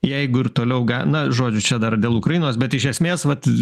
jeigu ir toliau ga na žodžiu čia dar dėl ukrainos bet iš esmės vat